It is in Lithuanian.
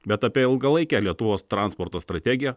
bet apie ilgalaikę lietuvos transporto strategiją